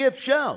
אי-אפשר.